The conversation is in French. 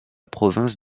province